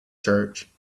church